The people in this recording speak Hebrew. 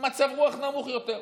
מצב הרוח נמוך יותר.